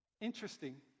Interesting